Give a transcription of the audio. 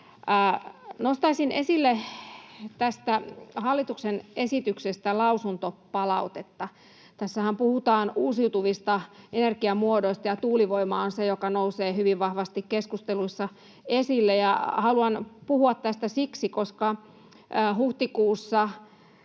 Nostaisin esille tästä hallituksen esityksestä lausuntopalautetta. Tässähän puhutaan uusiutuvista energiamuodoista, ja tuulivoima on se, joka nousee hyvin vahvasti keskustelussa esille. Haluan puhua tästä siksi, että 14.4. vuonna